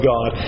God